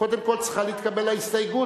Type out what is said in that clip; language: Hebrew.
קודם כול צריכה להתקבל ההסתייגות,